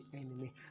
enemy